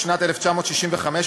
בשנת 1965,